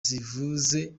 zivuze